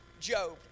Job